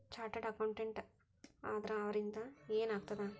Chartered accountant ಆದ್ರ ಅದರಿಂದಾ ಏನ್ ಆಗ್ತದ?